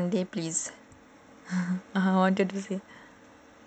bring me one day please okay நான்:naan school போனா அழைச்சிட்டு போறேன்:ponaa alaichittu poraen